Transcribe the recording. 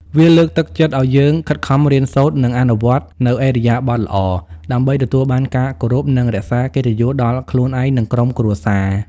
វាលើកទឹកចិត្តឱ្យយើងខិតខំរៀនសូត្រ និងអនុវត្តនូវឥរិយាបទល្អ ដើម្បីទទួលបានការគោរព និងរក្សាកិត្តិយសដល់ខ្លួនឯង និងក្រុមគ្រួសារ។